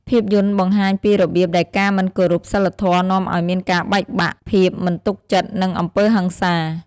ភាពយន្តបង្ហាញពីរបៀបដែលការមិនគោរពសីលធម៌នាំឱ្យមានការបែកបាក់ ភាពមិនទុកចិត្ត និងអំពើហិង្សា។